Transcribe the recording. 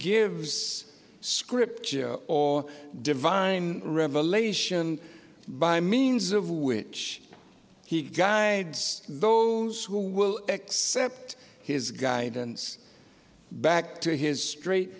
gives script or divine revelation by means of which he guides those who will accept his guidance back to his straight